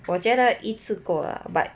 我觉得一次够 lah but